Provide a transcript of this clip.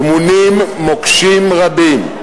טמונים מוקשים רבים.